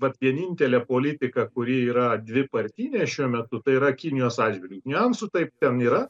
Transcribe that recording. vat vienintelė politika kuri yra dvipartinė šiuo metu tai yra kinijos atžvilgiu niuansų taip ten yra